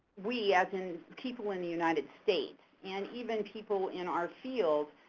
we as in, people in the united states and even people in our field,